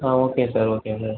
ah okay sir okay sir